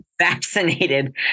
vaccinated